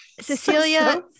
Cecilia